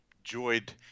enjoyed